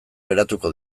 geratuko